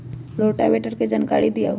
Rotavator के जानकारी दिआउ?